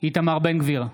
איתמר בן גביר,